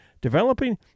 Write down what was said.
developing